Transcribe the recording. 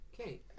Okay